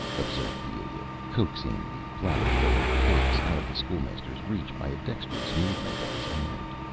observed the idiot, coaxing the platterful of cakes out of the school-master's reach by a dexterous movement of his hand.